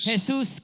Jesus